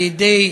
על-ידי